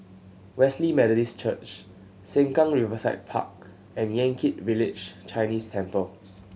Wesley Methodist Church Sengkang Riverside Park and Yan Kit Village Chinese Temple